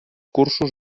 cursos